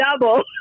double